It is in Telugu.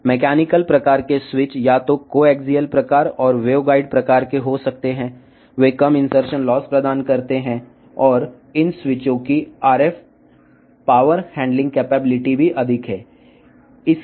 యాంత్రిక రకం స్విచ్లు అవి కోయాక్సిల్ రకం మరియు వేవ్గైడ్ రకాన్ని 2 రకాలు స్విచ్లు ఉన్నాయి అవి తక్కువ ఇన్సర్షన్ లాస్ అందిస్తాయి మరియు ఈ స్విచ్ల యొక్క RF పవర్ హ్యాండింగ్ సామర్ధ్యం కూడా ఎక్కువగా ఉంటుంది